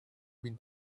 been